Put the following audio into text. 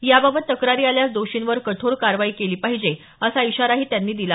याबाबत तक्रारी आल्यास दोषींवर कठोर कारवाई झाली पाहिजे असा इशाराही त्यांनी दिला